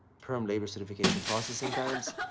perm labor certification processing times.